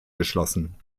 geschlossen